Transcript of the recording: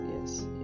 yes